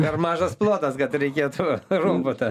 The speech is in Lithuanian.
per mažas plotas kad reikėtų robotą